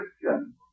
Christian